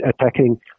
attacking